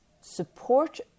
support